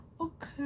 okay